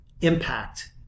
impact